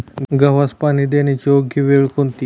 गव्हास पाणी देण्याची योग्य वेळ कोणती?